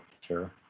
Sure